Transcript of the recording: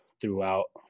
throughout